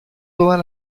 todas